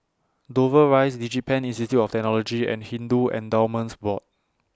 Dover Rise Digipen Institute of Technology and Hindu Endowments Board